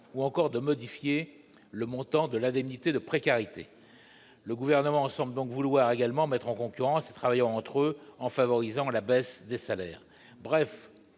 ou encore la modification du montant de l'indemnité de précarité. Le Gouvernement semble donc vouloir également mettre en concurrence les travailleurs entre eux en favorisant la baisse des salaires.